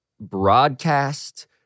broadcast